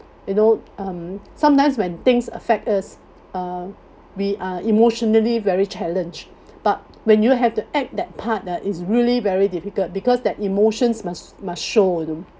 you know um sometimes when things affect us uh we are emotionally very challenged but when you have to act that part ah it's really very difficult because that emotions must must show you know